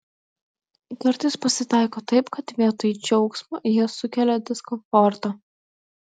kartais pasitaiko taip kad vietoj džiaugsmo jie sukelia diskomfortą